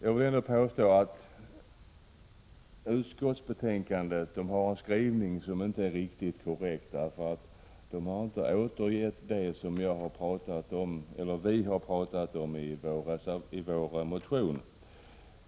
Jag vill påstå att utskottets skrivning inte är riktigt korrekt. Man har nämligen inte återgett det som vi talat om i vår motion.